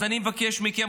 אז אני מבקש מכם,